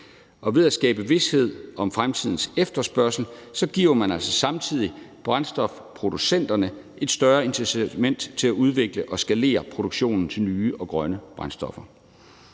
ved at skabe vished for fremtidens efterspørgsel giver man altså samtidig brændstofproducenterne et større incitament til at udvikle og opskalere produktionen af nye grønne brændstoffer.